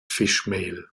fischmehl